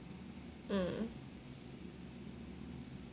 mm